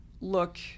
look